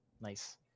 nice